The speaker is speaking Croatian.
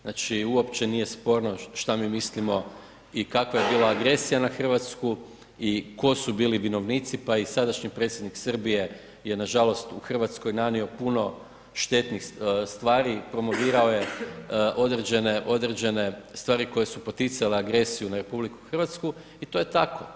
Znači uopće nije sporno šta mi mislimo i kakva je bila agresija na Hrvatsku i tko su bili vinovnici pa i sadašnji predsjednik Srbije je nažalost u Hrvatskoj nanio puno štetnih stvari, promovirao je određene stvari koje su poticale agresiju na RH i to je tako.